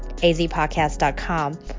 Azpodcast.com